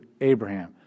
Abraham